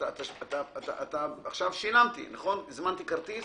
שהזמנתי כרטיס